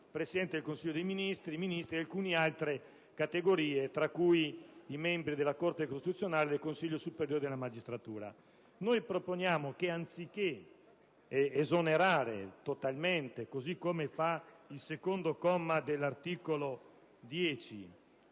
Presidente del Consiglio dei ministri, i Ministri e alcune altre categorie tra cui i membri della Corte costituzionale e del Consiglio superiore della magistratura. Noi proponiamo che anziché esonerare totalmente, così come fa il comma 2 dell'articolo 10,